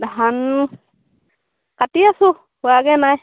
ধান কাটি আছোঁ হোৱাগে নাই